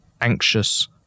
anxious